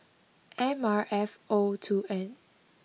M R F O two N